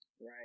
right